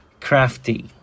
crafty